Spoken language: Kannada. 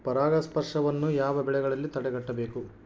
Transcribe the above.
ಪರಾಗಸ್ಪರ್ಶವನ್ನು ಯಾವ ಬೆಳೆಗಳಲ್ಲಿ ತಡೆಗಟ್ಟಬೇಕು?